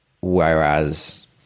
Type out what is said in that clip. whereas